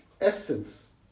essence